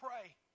pray